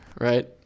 right